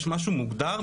יש משהו מוגדר,